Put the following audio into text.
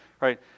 right